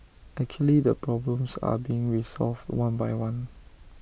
actually the problems are being resolved one by one